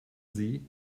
sie